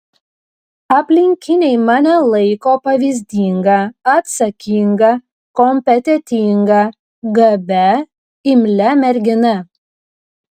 aplinkiniai mane laiko pavyzdinga atsakinga kompetentinga gabia imlia mergina